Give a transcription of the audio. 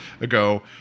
ago